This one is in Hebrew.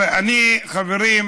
אני, חברים,